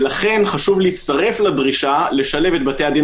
ולכן חשוב להצטרף לדרישה לשלב את בתי הדין